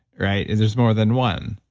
right? is this more than one?